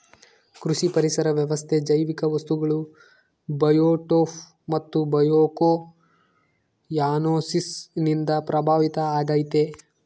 ಕೃಷಿ ಪರಿಸರ ವ್ಯವಸ್ಥೆ ಜೈವಿಕ ವಸ್ತುಗಳು ಬಯೋಟೋಪ್ ಮತ್ತು ಬಯೋಕೊಯನೋಸಿಸ್ ನಿಂದ ಪ್ರಭಾವಿತ ಆಗೈತೆ